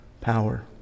power